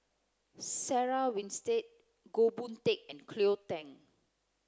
Sarah Winstedt Goh Boon Teck and Cleo Thang